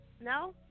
No